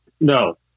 No